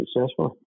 successfully